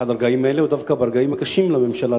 ולעתים זה דווקא ברגעים הקשים לממשלה,